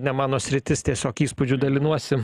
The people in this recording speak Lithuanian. ne mano sritis tiesiog įspūdžiu dalinuosi